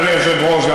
אדוני היושב-ראש,